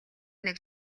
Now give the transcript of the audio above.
нэг